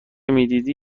میدیدی